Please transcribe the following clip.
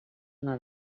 una